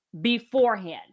beforehand